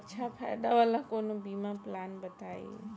अच्छा फायदा वाला कवनो बीमा पलान बताईं?